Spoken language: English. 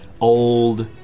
old